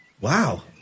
Wow